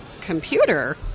computer